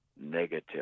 negative